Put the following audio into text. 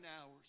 hours